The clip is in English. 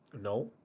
No